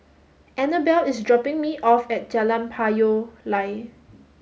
Annabelle is dropping me off at Jalan Payoh Lai